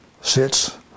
sits